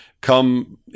come